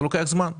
זה לוקח זמן.